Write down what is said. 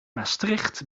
maastricht